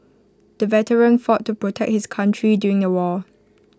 the veteran fought to protect his country during the war